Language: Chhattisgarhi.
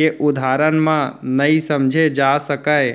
के उदाहरन म नइ समझे जा सकय